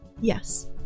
Yes